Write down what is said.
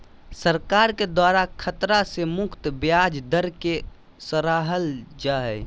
सरकार के द्वारा खतरा से मुक्त ब्याज दर के सराहल जा हइ